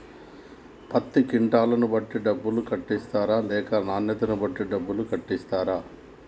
పత్తి క్వింటాల్ ను బట్టి డబ్బులు కట్టిస్తరా లేక నాణ్యతను బట్టి డబ్బులు కట్టిస్తారా?